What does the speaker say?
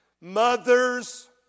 Mothers